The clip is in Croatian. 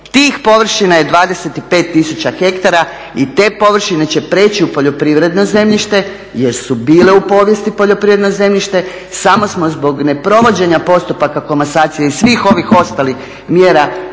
Tih površina je 25000 hektara i te površine će prijeći u poljoprivredno zemljište jer su bile u povijesti poljoprivredno zemljište, samo smo zbog neprovođenja postupaka komasacije i svih ovih ostalih mjera